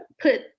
put